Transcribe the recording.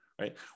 right